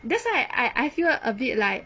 that's why I I feel a bit like